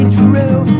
true